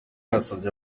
yasavye